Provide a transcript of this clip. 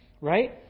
right